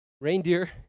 reindeer